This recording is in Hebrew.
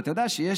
ואתה יודע שיש,